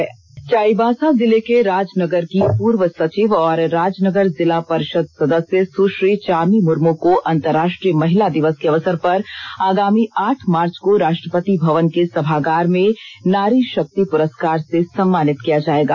पुरस्कार चाईबासा जिले के राजनगर की पूर्व सचिव और राजनगर जिला परिषद सदस्य सुश्री चामी मुर्मू को अंतराष्ट्रीय महिला दिवस के अवसर पर आगामी आठ मार्च को राष्ट्रपति भवन के सभागार में नारी षक्ति पुरस्कार से सम्मानित किया जाएगा